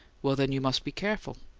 well, then, you must be careful.